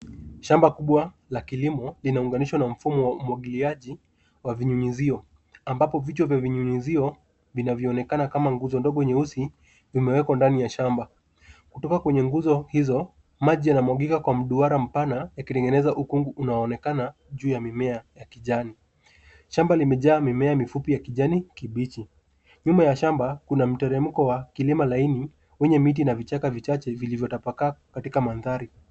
Shamba kubwa la kilimo limeunganishwa na mfumo wa umwagiliaji wa vinyunyizio. Vichwa vya vinyunyizio vinaonekana kama nguzo ndogo nyeusi zilizowekwa ndani ya shamba. Kutoka kwenye nguzo hizo, maji humwagika kwa mduara mpana, yakitengeneza ukungu unaoonekana juu ya mimea ya kijani. Shamba limejaa mimea mifupi ya kijani kibichi. Mipakani mwa shamba kuna miteremko ya kilima laini, pamoja na miti michache na vichaka vilivyotapakaa katika mandhari